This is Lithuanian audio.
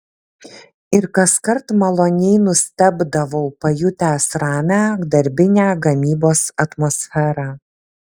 ir kaskart maloniai nustebdavau pajutęs ramią darbinę gamybos atmosferą